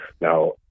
Now